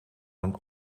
een